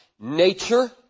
nature